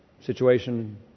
situation